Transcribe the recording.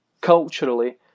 culturally